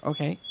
Okay